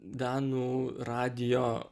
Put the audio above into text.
danų radijo